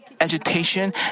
agitation